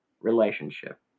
relationship